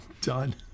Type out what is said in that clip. Done